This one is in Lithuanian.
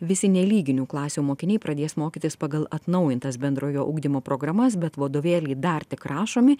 visi nelyginių klasių mokiniai pradės mokytis pagal atnaujintas bendrojo ugdymo programas bet vadovėliai dar tik rašomi